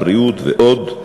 הבריאות ועוד.